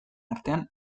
artean